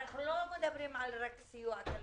אנחנו לא מדברים רק על סיוע כלכלי,